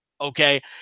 okay